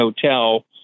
Hotel